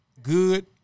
Good